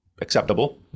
acceptable